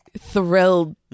thrilled